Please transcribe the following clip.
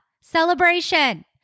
Celebration